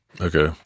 Okay